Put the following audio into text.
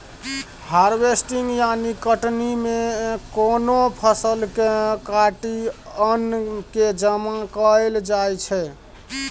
harvesting यानी कटनी मे कोनो फसल केँ काटि अन्न केँ जमा कएल जाइ छै